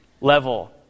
level